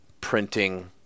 printing